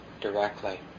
directly